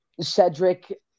Cedric